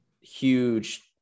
huge